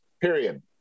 period